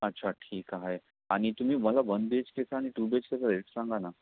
अच्छा ठीक आहे आणि तुम्ही मला वन एच के चा आणि टू बी एच के चा रेट सांगा ना